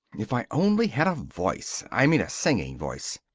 if i only had a voice i mean a singing voice.